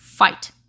Fight